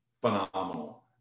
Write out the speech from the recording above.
phenomenal